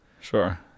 Sure